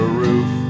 roof